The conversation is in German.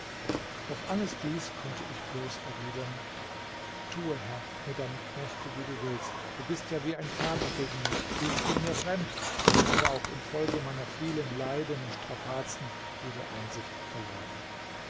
auf alles dies konnte ich bloß erwidern tue herr mit deinem knechte wie du willst du bist ja wie ein vater gegen mich ich bin hier fremd und habe auch infolge meiner vielen leiden und strapazen jede einsicht verloren